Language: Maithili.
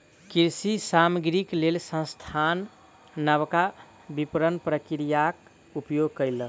कृषि सामग्रीक लेल संस्थान नबका विपरण प्रक्रियाक उपयोग कयलक